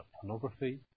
pornography